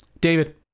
david